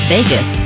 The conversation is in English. Vegas